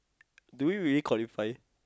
do you really qualify